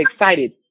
excited